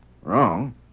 Wrong